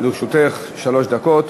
לרשותך שלוש דקות.